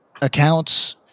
accounts –